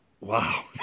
Wow